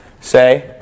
say